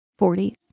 40s